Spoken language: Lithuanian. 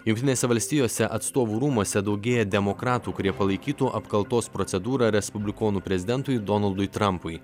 jungtinėse valstijose atstovų rūmuose daugėja demokratų kurie palaikytų apkaltos procedūrą respublikonų prezidentui donaldui trampui